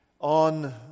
on